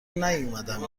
نیومدم